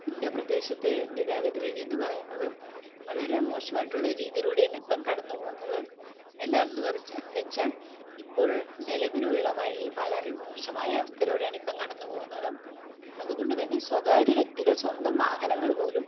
എൻ്റെ പ്രദേശത്തെ ഗതാഗത രീതിയെന്നു പറയുന്നത് വളരെ മോശമായിട്ടുള്ള രീതിയിലൂടെയാണ് ഇപ്പം കടന്നു പോവുന്നത് എന്താണെന്നു വെച്ചാൽ ഇപ്പോൾ നിലവിലുള്ള വഴി വളരെ മോശമായ അവസ്ഥയിലൂടെയാണ് ഇപ്പം കടന്നു പോവുന്നത് അതുകൊണ്ടുതന്നെ സ്വകാര്യ വ്യക്തികൾ സ്വന്തം വാഹനങ്ങൾ പോലും